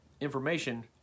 information